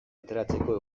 ateratzeko